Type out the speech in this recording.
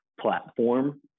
platform